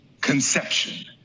conception